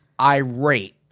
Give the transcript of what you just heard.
irate